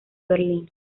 berlín